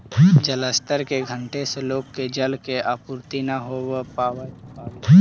जलस्तर के घटे से लोग के जल के आपूर्ति न हो पावित हई